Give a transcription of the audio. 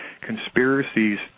conspiracies